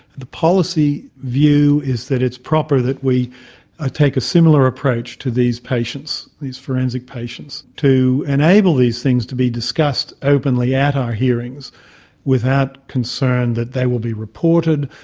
the policy view is that it's proper that we ah take a similar approach to these patients, to these forensic patients, to enable these things to be discussed openly at our hearings without concern that they will be reported,